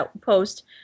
post